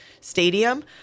stadium